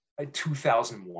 2001